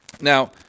Now